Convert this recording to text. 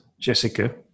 jessica